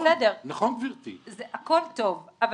הכול טוב.